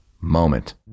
MOMENT